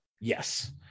Yes